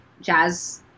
jazz